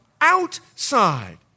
outside